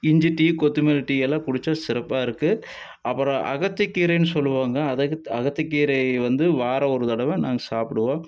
இஞ்சி டீ கொத்தமல்லி டீ எல்லாம் குடிச்சால் சிறப்பா இருக்குது அப்பறம் அகத்தி கீரையின்னு சொல்லுவாங்கள் அதகத் அகத்தி கீரை வந்து வாரம் ஒரு தடவை நாங்கள் சாப்பிடுவோம்